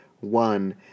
one